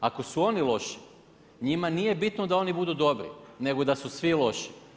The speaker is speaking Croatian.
Ako su oni loše, njima nije bitno da oni budu dobri, nego da su svi loši.